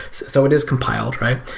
so it is compiled, right?